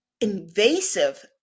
invasive